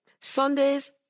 Sundays